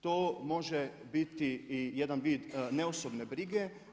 To može biti i jedan vid neosobne brige.